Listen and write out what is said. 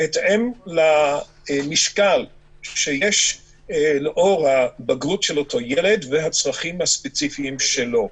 בהתאם למשקל שיש לאור הבגרות של אותו ילד ולצרכים הספציפיים שלו.